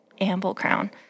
Amblecrown